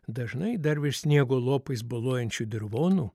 dažnai dar virš sniego lopais boluojančių dirvonų